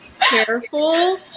careful